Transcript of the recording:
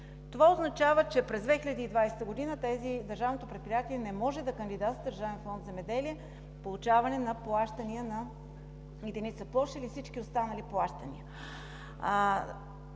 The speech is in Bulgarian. Това означава, че през 2020 г. Държавното предприятие не може да кандидатства в Държавен фонд „Земеделие“ за получаване на плащания на единица площ или всички останали плащания.